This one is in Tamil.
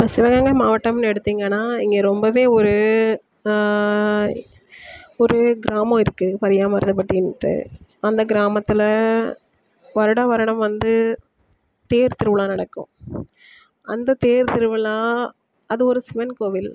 இப்போ சிவகங்கை மாவட்டம்னு எடுத்தீங்கன்னா இங்க ரொம்பவே ஒரு ஒரு கிராமம் இருக்கு பரியாமருதபட்டின்னுட்டு அந்த கிராமத்தில் வருடம் வருடம் வந்து தேர் திருவிழா நடக்கும் அந்த தேர் திருவிழா அது ஒரு சிவன் கோவில்